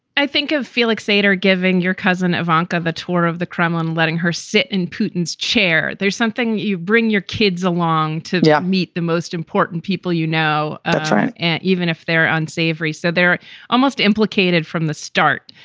i think of felix sader giving your cousin ivanka a tour of the kremlin, letting her sit in putin's chair. there's something you bring your kids along to meet the most important people, you know. and even if they're unsavory, so they're almost implicated from the start.